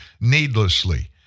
needlessly